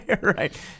right